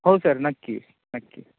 हो सर नक्की नक्की